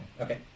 Okay